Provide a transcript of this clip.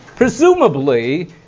Presumably